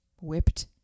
whipped